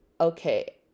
okay